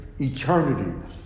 eternity